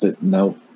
Nope